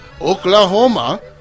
Oklahoma